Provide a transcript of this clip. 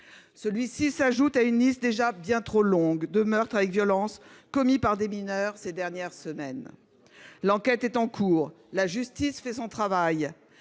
Celui ci s’ajoute à une liste déjà bien trop longue de meurtres avec violence commis ces dernières semaines par des mineurs. L’enquête est en cours, la justice fait son travail,